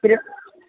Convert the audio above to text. തിരു